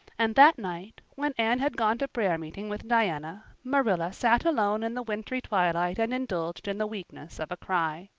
and that night, when anne had gone to prayer meeting with diana, marilla sat alone in the wintry twilight and indulged in the weakness of a cry.